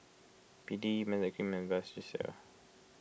B D and Vagisil